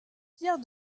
fière